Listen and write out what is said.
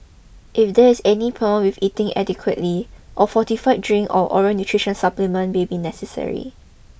if there is any problem with eating adequately a fortified drink or oral nutrition supplement may be necessary